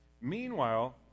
Meanwhile